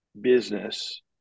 business